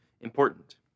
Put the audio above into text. important